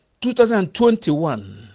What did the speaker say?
2021